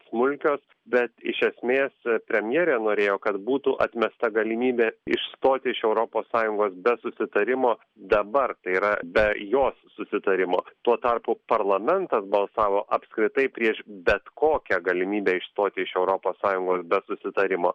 smulkios bet iš esmės premjerė norėjo kad būtų atmesta galimybė išstoti iš europos sąjungos be susitarimo dabar tai yra be jos susitarimo tuo tarpu parlamentas balsavo apskritai prieš bet kokią galimybę išstoti iš europos sąjungos be susitarimo